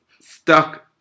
stuck